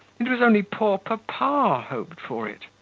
it was only poor papa hoped for it.